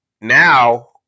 now